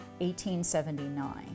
1879